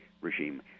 regime